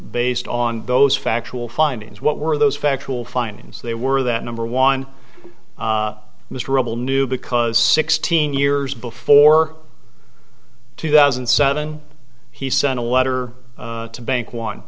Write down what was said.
based on those factual findings what were those factual findings they were that number one mr rubble knew because sixteen years before two thousand and seven he sent a letter to bank one